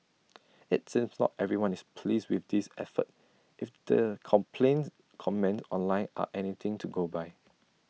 IT seems not everyone is pleased with this effort if the complaints comments online are anything to go by